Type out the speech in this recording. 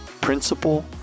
Principal